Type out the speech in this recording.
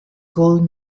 gold